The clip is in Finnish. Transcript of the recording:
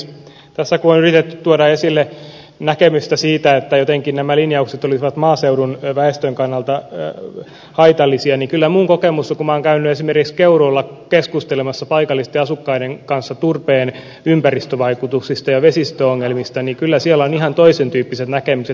kun tässä on yritetty tuoda esille näkemystä siitä että jotenkin nämä linjaukset olisivat maaseudun väestön kannalta haitallisia niin kyllä minun kokemukseni on kun olen käynyt esimerkiksi keuruulla keskustelemassa paikallisten asukkaiden kanssa turpeen ympäristövaikutuksista ja vesistöongelmista että kyllä siellä on ihan toisentyyppiset näkemykset